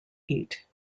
eat